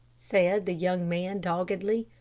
said the young man, doggedly,